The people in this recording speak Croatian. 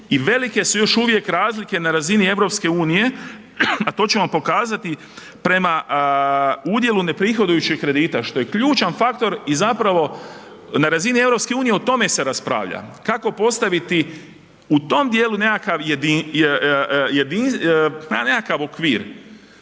i velike su još uvijek razlike na razini EU, a to će vam pokazati prema udjelu neprihodujućih kredita, što je ključan faktor i zapravo, na razini EU, o tome se raspravlja. Kako postaviti u tom dijelu nekakav